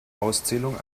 auszählung